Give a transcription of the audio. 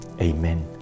Amen